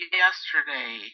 yesterday